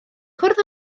cwrdd